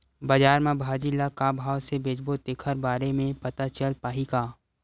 बजार में भाजी ल का भाव से बेचबो तेखर बारे में पता चल पाही का?